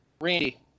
Randy